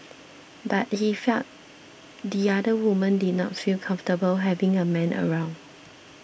but he felt the other women did not feel comfortable having a man around